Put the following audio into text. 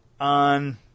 on